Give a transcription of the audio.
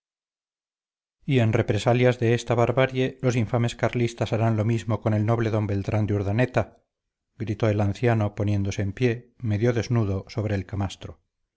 y en represalias de esta barbarie los infames carlistas harán lo mismo con el noble d beltrán de urdaneta gritó el anciano poniéndose en pie medio desnudo sobre el camastro